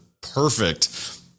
perfect